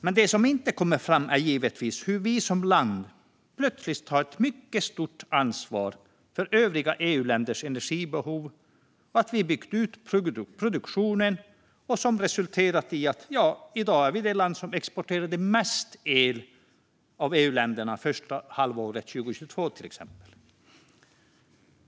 Men det som inte kommer fram är givetvis hur vi som land plötsligt tar ett mycket stort ansvar för övriga EU-länders energibehov. Vi har byggt ut produktionen. Det har resulterat i att vi i dag är det av EU-länderna som exporterade mest el första halvåret 2022, till exempel.